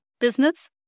business